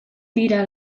dira